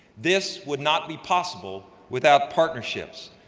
this would not be possible without partnerships.